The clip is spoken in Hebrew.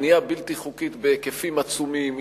בנייה בלתי חוקית בהיקפים עצומים,